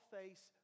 face